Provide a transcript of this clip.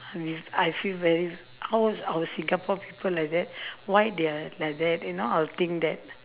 mm I feel very how is our singapore people like that why they're like that you know I'll think that